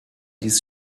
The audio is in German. dies